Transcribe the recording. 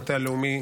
המטה הלאומי,